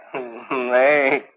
uday!